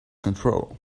control